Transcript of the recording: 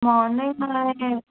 morning